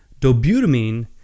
dobutamine